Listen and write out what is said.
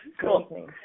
Cool